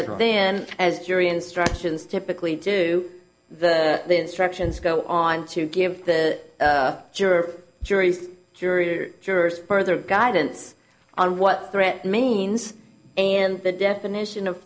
are then as jury instructions typically do the instructions go on to give the juror juries jury or jurors further guidance on what threat means and the definition of